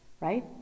right